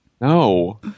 No